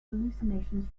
hallucinations